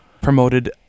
promoted